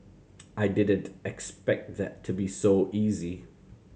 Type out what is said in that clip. I didn't expect that to be so easy